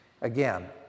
Again